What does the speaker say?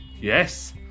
Yes